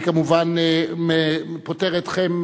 אני כמובן פוטר אתכם,